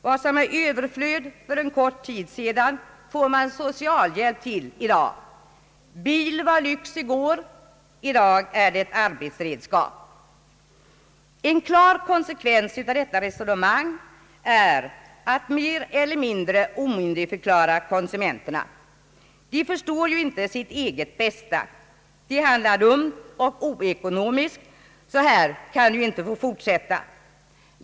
Vad som var överflöd för en kort tid sedan får man socialhjälp till i dag. Bilen var lyx i går, i dag är den ett arbetsredskap. En klar konsekvens av detta resonemang är att man mer eller mindre omyndigförklarar konsumenterna. De förstår ju inte sitt eget bästa. De handlar dumt och oekonomiskt — så här kan det ju inte få fortsätta!